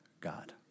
God